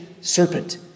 serpent